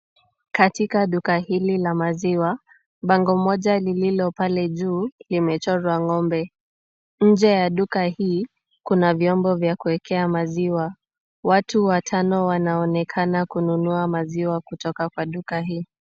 Katika duka hili la maziwa, bango moja lililo pale juu limechorwa ng'ombe. Nje ya duka hili kuna vyombo vya kuwekea maziwa. Watu watano wanaonekana kununua maziwa kutoka kwa duka hili.